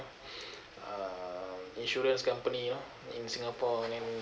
um insurance company loh in singapore then